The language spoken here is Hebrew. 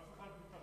אף אחד מתחת